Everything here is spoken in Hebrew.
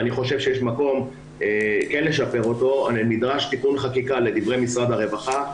אני חושב שיש מקום לשפר אותו אבל נדרש תיקון חקיקה לדברי משרד הרווחה.